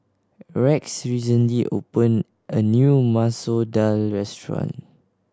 Rex recently opened a new Masoor Dal restaurant